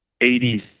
80s